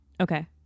okay